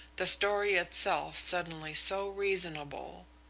the story itself suddenly so reasonable.